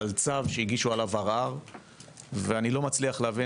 על צו שהגישו עליו ערר ואני לא מצליח להבין,